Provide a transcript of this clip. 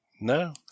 No